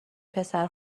پسر